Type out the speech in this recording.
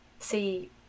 see